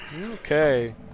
Okay